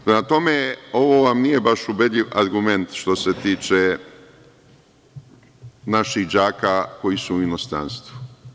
Prema tome, ovo vam nije baš ubedljiv argument što se tiče naših đaka koji su u inostranstvu.